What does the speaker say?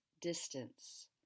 distance